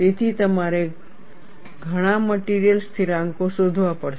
તેથી તમારે ઘણા મટિરિયલ સ્થિરાંકો શોધવા પડશે